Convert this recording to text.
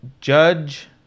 Judge